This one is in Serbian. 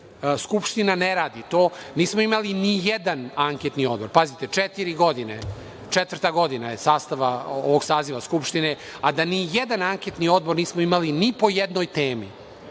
Skupština ne radi to. Nismo imali ni jedan anketni odbor. Pazite, četiri godine, četvrta godina je sastava ovog saziva Skupštine, a da ni jedan anketni odbor nismo imali ni po jednoj temi